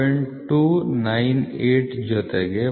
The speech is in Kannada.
7298 ಜೊತೆಗೆ 0